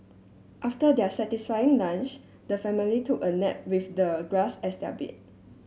after their satisfying lunch the family took a nap with the grass as their bed